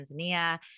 Tanzania